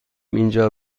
اینجا